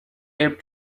able